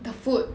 the food